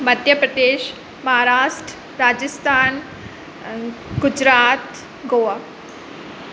Madhya Pradesh Maharashtra Rajasthan Gujarat Goa